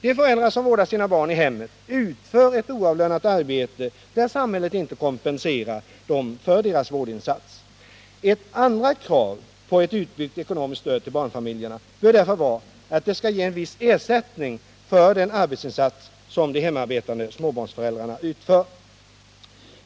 De föräldrar som vårdar sina barn i hemmet utför ett oavlönat arbete, där samhället inte kompenserar dem för deras vårdinsats. Ett andra krav på ett utbyggt ekonomiskt stöd till barnfamiljerna bör därför vara att det skall ge en viss ersättning för den arbetsinsats som de hemarbetande småbarnsföräldrarna utför.